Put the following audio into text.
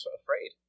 afraid